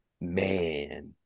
Man